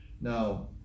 now